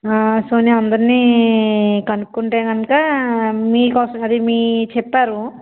so నేను అందరినీ కనుక్కుంటే కనుక మీ కాస్మెటిక్ మీ చెప్పారు